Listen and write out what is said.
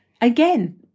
Again